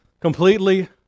completely